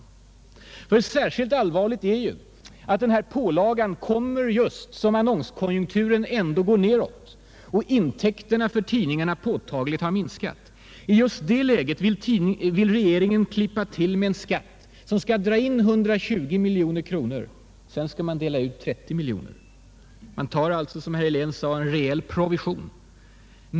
Särskilt allvarligt är ju att denna pålaga kommer just som annonskonjunkturen ändå går nedåt och intäkterna för tidningarna påtagligt har minskat. Just i detta läge vill regeringen klippa till med en skatt som skall dra in 120 miljoner kronor. Sedan skall man dela ut 30 miljoner kronor. Man tar alltså, som herr Helén sade, en rejäl provision.